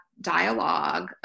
dialogue